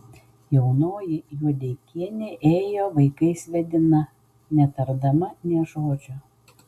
jaunoji juodeikienė ėjo vaikais vedina netardama nė žodžio